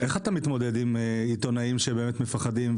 איך אתה מתמודד עם עיתונאים שמפחדים,